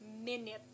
minute